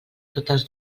totes